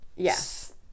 Yes